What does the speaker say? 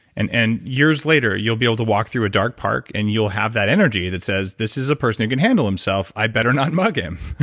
and and years later, you'll be able to walk through a dark park and you'll have that energy that says, this is a person who can handle himself. i better not mug him.